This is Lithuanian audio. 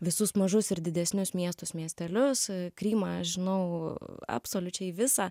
visus mažus ir didesnius miestus miestelius krymą žinau absoliučiai visą